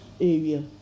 area